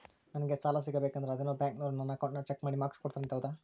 ನಂಗೆ ಸಾಲ ಸಿಗಬೇಕಂದರ ಅದೇನೋ ಬ್ಯಾಂಕನವರು ನನ್ನ ಅಕೌಂಟನ್ನ ಚೆಕ್ ಮಾಡಿ ಮಾರ್ಕ್ಸ್ ಕೊಡ್ತಾರಂತೆ ಹೌದಾ?